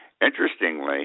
interestingly